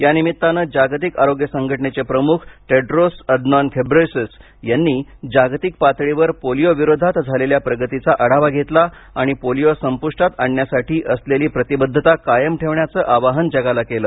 यानिमितानं जागतिक आरोग्य संघटनेचे प्रमुख टेड्रोस अदनॉन घेब्रेयेस्स यांनी जागतिक पातळीवर पोलिओविरोधात झालेल्या प्रगतीचा आढावा घेतला आणि पोलिओ संपुष्टात आणण्यासाठी असलेली प्रतिबद्धता कायम ठेवण्याचं आवाहन जगाला केलं